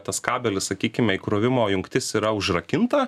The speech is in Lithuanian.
tas kabelis sakykime įkrovimo jungtis yra užrakinta